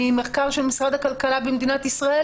ממחקר של משרד הכלכלה במדינת ישראל,